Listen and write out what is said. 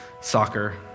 soccer